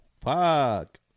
Fuck